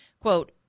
quote